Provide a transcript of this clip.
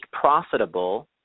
profitable